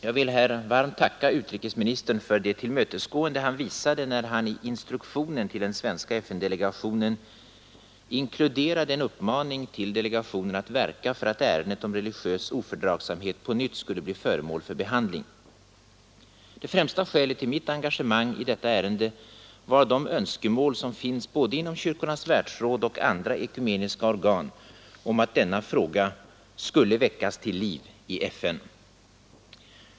Jag vill varmt tacka utrikesministern för det tillmötesgående han visade när han i instruktionen till den svenska FN-delegationen inkluderade en uppmaning till delegationen att verka för att ärendet om religiös ofördragsamhet på nytt skulle bli föremål för behandling. Det främsta skälet till mitt engagemang i detta ärende var de önskemål som finns inom både Kyrkornas världsråd och andra ekumeniska organ om att denna fråga skulle väckas till liv i FN.